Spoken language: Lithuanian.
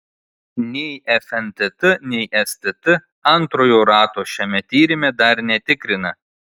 nei fntt nei stt antrojo rato šiame tyrime dar netikrina